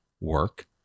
work